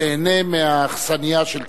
ותיהנה מהאכסניה של קדימה.